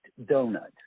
donut